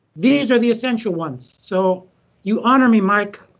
these are the essential ones. so you honor me, mike,